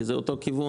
כי זה אותו כיוון,